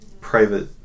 private